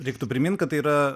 reiktų primint kad tai yra